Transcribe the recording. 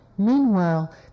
Meanwhile